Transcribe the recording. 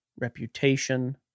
reputation